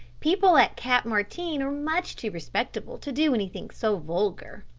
people at cap martin are much too respectable to do anything so vulgar.